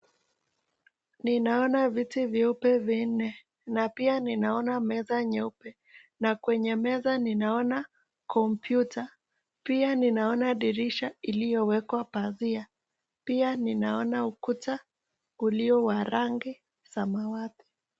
Ninaona viti vyeupe vinne na pia ninaona meza nyeupe na kwenye meza ninaona kompyuta pia ninaona dirisha iliyowekwa pazia pia ninaona ukuta ulio wa rangi samawati.